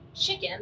chicken